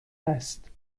است